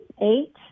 eight